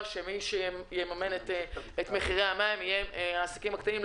שמי שיממן את מחירי המים יהיו העסקים הקטנים.